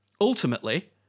ultimately